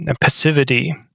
passivity